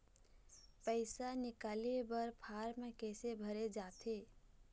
पैसा निकाले बर फार्म कैसे भरे जाथे?